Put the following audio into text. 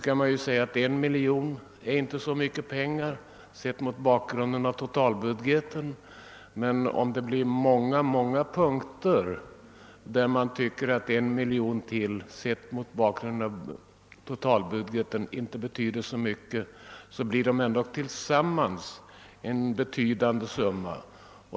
Man kan väl mena att 1 miljon kronor inte är så mycket pengar, sett mot bakgrunden av totalbudgeten, men om det blir många punkter där man tycker att 1 miljon till, sett mot bakgrunden av totalbudgeten, inte betyder så mycket, blir det ändå tillsammans en avsevärd summa.